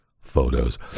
photos